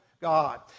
God